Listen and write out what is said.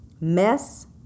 mess